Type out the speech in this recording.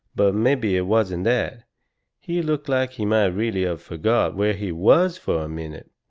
but mebby it wasn't that he looked like he might really of forgot where he was fur a minute,